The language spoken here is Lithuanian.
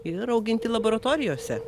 ir auginti laboratorijose